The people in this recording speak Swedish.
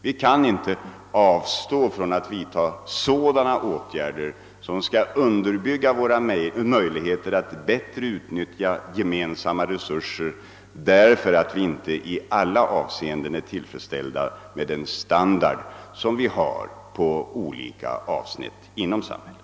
Vi kan inte avstå från att vidta sådana åtgärder som skall underbygga våra möjligheter att bättre utnyttja gemensamma resurser därför att vi inte i alla avseenden är tillfredsställda med den standard som vi har på vissa avsnitt inom samhället.